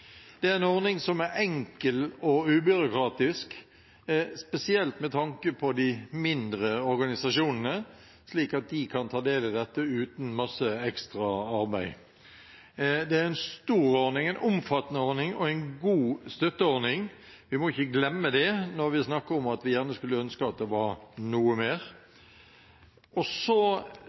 Det er en ordning som er enkel og ubyråkratisk, spesielt med tanke på de mindre organisasjonene, slik at de kan ta del i dette uten masse ekstra arbeid. Det er en stor ordning, en omfattende ordning og en god støtteordning. Vi må ikke glemme det når vi snakker om at vi gjerne skulle ønske at det var noe mer. Så